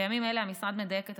בימים אלה המשרד מדייק את